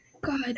God